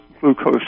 glucose